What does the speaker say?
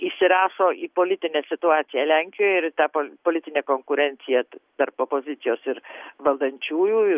įsirašo į politinę situaciją lenkijoj ir ta po politinė konkurencija tarp opozicijos ir valdančiųjų